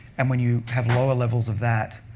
and when you have lower levels of that,